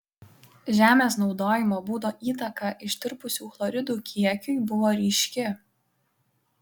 žemės naudojimo būdo įtaka ištirpusių chloridų kiekiui buvo ryški